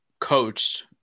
coached